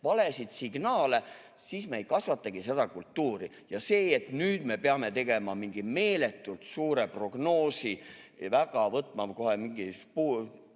valesid signaale, siis me ei kasvatagi seda kultuuri. Ja see, et nüüd me peame tegema mingi meeletult suure prognoosi, võtma kohe mingi poole